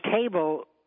table